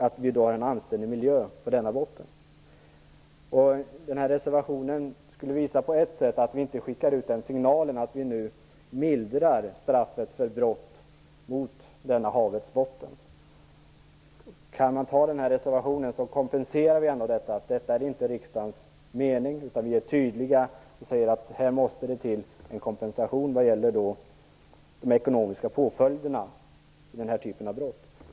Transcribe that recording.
Det behövs en anständig miljö på denna botten. Vår reservation skulle på ett sätt visa att vi inte skickar ut signalen att vi nu mildrar straffet för brott mot denna havets botten. Om kammaren bifaller denna reservation kompenserar vi ändå detta, dvs. att detta inte är riksdagens mening, genom att vi är tydliga och säger att det måste till en kompensation när det gäller de ekonomiska påföljderna vid den här typen av brott.